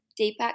Deepak